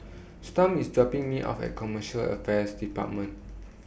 Storm IS dropping Me off At Commercial Affairs department